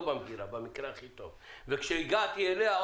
וכשהגעתי אליה,